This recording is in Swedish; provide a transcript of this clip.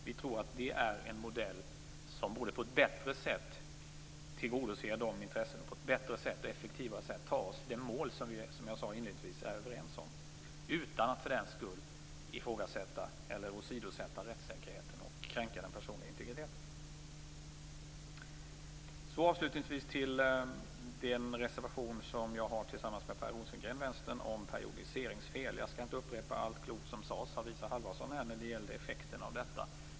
Vi tror att det är en modell som både på ett bättre sätt tillgodoser de intressena och på ett bättre och effektivare sätt tar oss till det mål som jag inledningsvis sade att vi är överens om, utan att för den skull ifrågasätta eller åsidosätta rättssäkerheten och kränka den personliga integriteten. Avslutningsvis vill jag nämna den reservation om periodiseringsfel som jag har tillsammans med Per Rosengren, Vänsterpartiet. Jag skall inte upprepa allt klokt som sades av Isa Halvarsson när det gäller effekterna av detta.